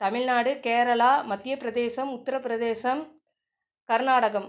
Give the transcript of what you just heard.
Tamil Nadu Kerala Madhya Pradesh Uttar Pradesh Karnataka